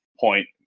point